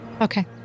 Okay